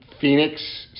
Phoenix